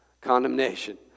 Condemnation